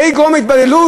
זה יגרום להתבוללות?